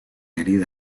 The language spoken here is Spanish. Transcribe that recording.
herida